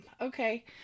okay